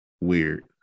Weird